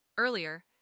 Earlier